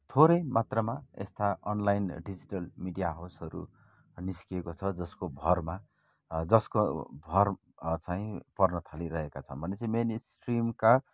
थोरै मात्रामा यस्ता अनलाइन डिजिटल मिडिया हाउसहरू निस्किएको छ जसको भरमा जसको भर चाहिँ पर्न थालिरहेका छन् भनेपछि मेन स्ट्रिमका